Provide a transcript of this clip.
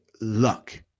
luck